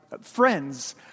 friends